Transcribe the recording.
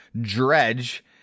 Dredge